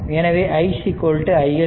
எனவே i iL 2 ampere